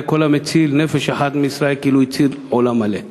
הרי כל המציל נפש אחת מישראל כאילו הציל עולם מלא.